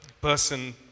person